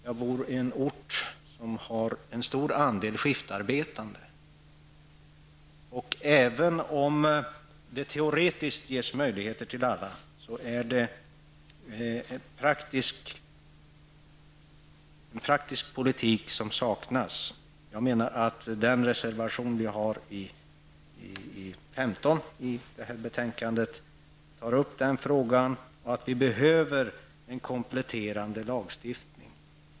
Jag bor i en ort, som har en stor andel skiftarbetande, och även om det teoretiskt ges möjlighet för alla att få ledigt från anställning, är det praktisk politik som saknas. I vår reservation nr 15 tar vi upp att det behövs en kompletterande lagstiftning.